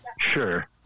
Sure